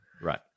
Right